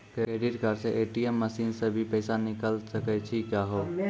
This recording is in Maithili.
क्रेडिट कार्ड से ए.टी.एम मसीन से भी पैसा निकल सकै छि का हो?